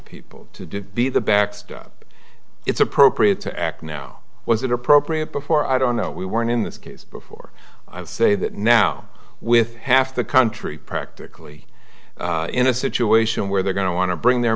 people to be the backstop it's appropriate to act now was it appropriate before i don't know we weren't in this case before i say that now with half the country practically in a situation where they're going to want to bring their